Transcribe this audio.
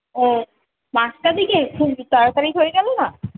হ্যাঁ পাঁচটার দিকে খুব তাড়াতাড়ি হয়ে গেল না